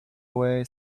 away